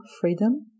freedom